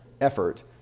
effort